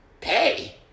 pay